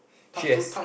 she has